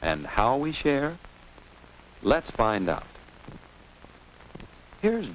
and how we share let's find out here is